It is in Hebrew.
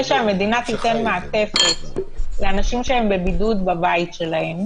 שהמדינה תיתן מעטפת לאנשים שהם בבידוד בביתם,